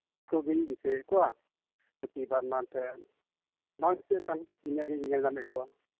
ᱱᱩᱠᱩ ᱜᱤᱧ ᱫᱤᱥᱟᱹᱭᱮᱫ ᱠᱚᱣᱟ ᱵᱟᱝ ᱫᱤᱥᱟᱹᱜ ᱠᱷᱚᱱ ᱱᱤᱭᱟᱹᱜᱤᱧ ᱧᱮᱞ ᱧᱟᱢᱮᱫ ᱠᱚᱣᱟ